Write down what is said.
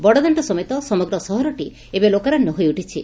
ବଡଦାଣ୍ଡ ସମେତ ସମଗ୍ର ସହରଟି ଏବେ ଲୋକାରଣ୍ୟ ହୋଇ ଉଠିଛି